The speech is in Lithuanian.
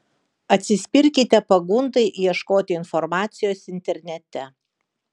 atsispirkite pagundai ieškoti informacijos internete